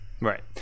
Right